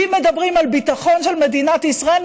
ואם מדברים על ביטחון של מדינת ישראל,